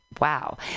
Wow